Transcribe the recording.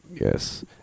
yes